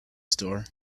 store